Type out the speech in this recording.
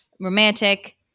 Romantic